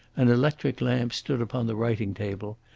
an electric lamp stood upon the writing-table,